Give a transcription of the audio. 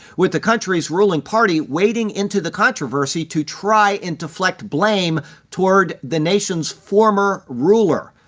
with the country's ruling party wading into the controversy to try and deflect blame toward the nation's former ruler.